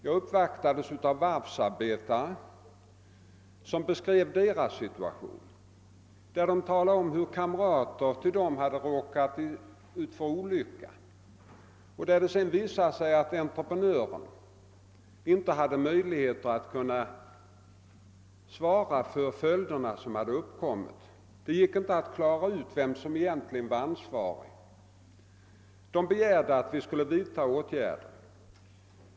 Jag uppvaktades av varvsarbetare som beskrev sin situation. De talade exempelvis om hur en kamrat till dem hade råkat ut för en olycka där det sedan visade sig att entreprenö ren inte hade möjligheter att kunna svara för följderna. Det gick inte att klara ut vem som egentligen var ansvarig, och man begärde att vi skulle vidta åtgärder.